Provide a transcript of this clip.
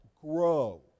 grow